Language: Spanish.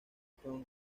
town